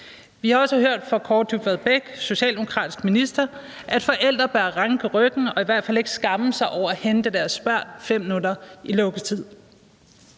Vi har også hørt fra Kaare Dybvad Bek, socialdemokratisk minister, at forældre bør ranke ryggen og i hvert fald ikke skamme sig over at hente deres børn 5 minutter i lukketid.